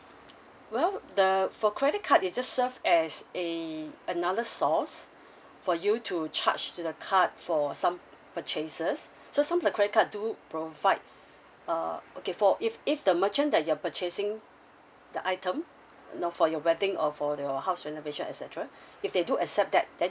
well the for credit card it just serve as a another source for you to charge to the card for some purchases so some of the credit card do provide uh okay for if if the merchant that you're purchasing the item you know for your wedding or for the your house renovation et cetera if they do accept that then